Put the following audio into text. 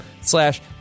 slash